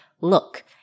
look